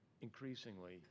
increasingly